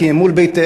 כי הם מול ביתך,